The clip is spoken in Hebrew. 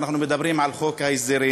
ואנחנו מדברים על חוק ההסדרים,